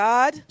God